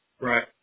Right